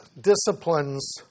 disciplines